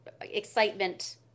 excitement